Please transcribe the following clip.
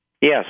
Yes